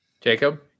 Jacob